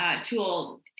tool